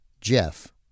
Jeff